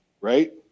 right